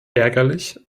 ärgerlich